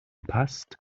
passt